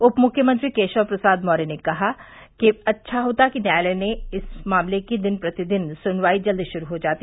उप मुख्यमंत्री केशव प्रसाद मौर्य ने कहा है कि अच्छा होता कि न्यायालय में इस मामले की दिन प्रतिदिन सुनवाई जल्द शुरू हो जाती